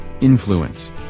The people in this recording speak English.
Influence